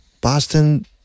Boston